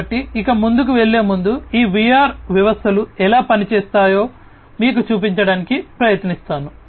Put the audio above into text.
కాబట్టి ఇంకా ముందుకు వెళ్ళే ముందు ఈ VR వ్యవస్థలు ఎలా పనిచేస్తాయో మీకు చూపించడానికి ప్రయత్నిస్తాను